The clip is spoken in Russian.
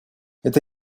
это